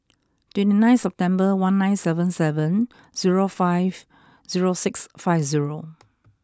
twenty nine September one nine seven seven zero five zero six five zero